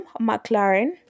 McLaren